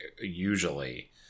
usually